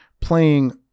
playing